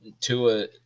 Tua